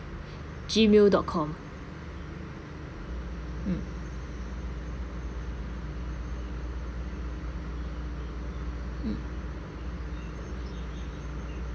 gmail dot com mm mm